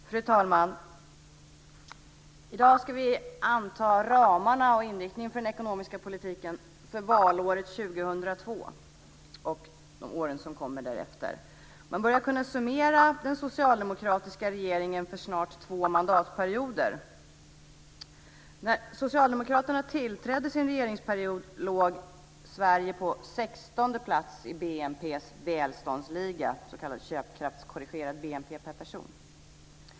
Fru talman! I dag ska vi anta ramarna och inriktningen för den ekonomiska politiken för valåret 2002 och åren som kommer därefter. Man börjar kunna summera den socialdemokratiska regeringen för snart två mandatperioder. När Socialdemokraterna tillträdde sin regeringsperiod låg Sverige på 16:e plats i BNP:s välståndsliga, s.k. köpkraftskorrigerad BNP per person.